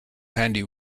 handy